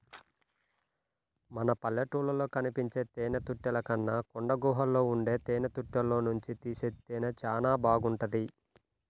మన పల్లెటూళ్ళలో కనిపించే తేనెతుట్టెల కన్నా కొండగుహల్లో ఉండే తేనెతుట్టెల్లోనుంచి తీసే తేనె చానా బాగుంటది